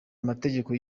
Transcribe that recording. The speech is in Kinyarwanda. amategeko